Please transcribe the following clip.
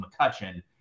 mccutcheon